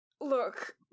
Look